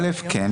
ראשית, כן.